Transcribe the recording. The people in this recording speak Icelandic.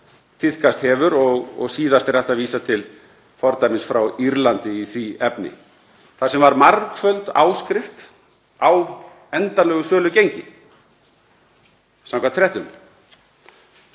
tíðkast hefur. Síðast er hægt að vísa til fordæmis frá Írlandi í því efni, þar sem var margföld áskrift á endanlegu sölugengi samkvæmt